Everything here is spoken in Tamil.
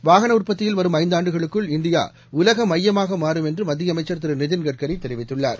வாகனஉற்பத்தியில் வரும் ஐந்தாண்டுகளுக்குள் இந்தியாஉலகமையமாகமாறும் என்றுமத்தியஅமைச்சா் திருநிதின் கட்காரிதெரிவித்துள்ளார்